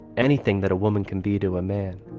anything that a woman can be to a man